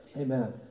Amen